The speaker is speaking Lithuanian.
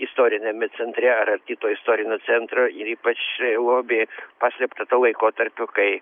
istoriniame centre ar arti to istorinio centro ir ypač lobį paslėptą tuo laikotarpiu kai